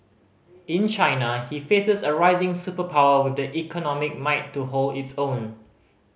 in China he faces a rising superpower with the economic might to hold its own